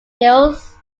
hills